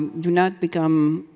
do not become,